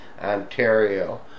Ontario